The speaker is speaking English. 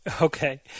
Okay